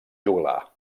joglar